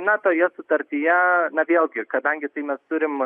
na toje sutartyje na vėlgi kadangi tai mes turim